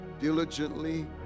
diligently